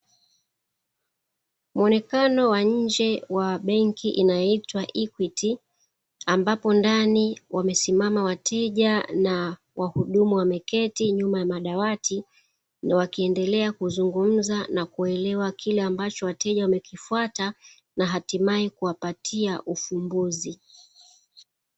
Muonekano wa nje wa benki inayoitwa ikwiti, ambapo ndani wamesimama wateja na wahudumu wameketi nyuma ya madawati wakiendelea kuzungumza na kuelewa kile ambacho wateja wamekifuata na hatimaye kuwapatia ufumbuzi.